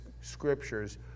scriptures